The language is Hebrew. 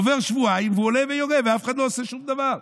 עוברים שבועיים והוא עולה ויורה ואף אחד לא עושה שום דבר.